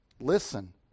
listen